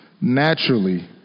naturally